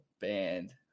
band